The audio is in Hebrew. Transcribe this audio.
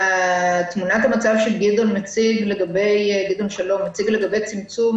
תמונת המצב שגדעון שלום מציג לגבי צמצום